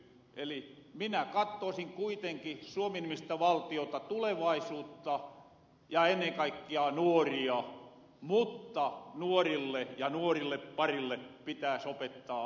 eli minä kattoosin kuitenki suomi nimistä valtiota tulevaisuutta ja ennen kaikkia nuoria mutta nuorille ja nuorilleparille pitääs opettaa elämänhallintaa